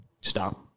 Stop